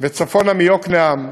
וצפונה מיקנעם,